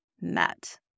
met